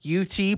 UT